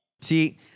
See